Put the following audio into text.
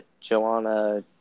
Joanna